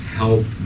help